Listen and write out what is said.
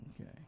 Okay